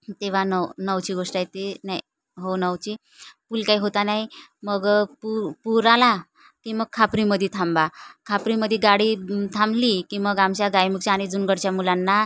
तेव्हा नव नऊची गोष्ट आहे ते नाही हो नऊची पुल काय होता नाही मग पु पुर आला की मग खापरीमध्ये थांबा खापरीमध्ये गाडी थांबली की मग आमच्या गायमुखच्या आणि जुनगडच्या मुलांना